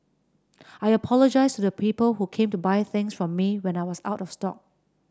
I apologize to the people who came to buy things from me when I was out of stock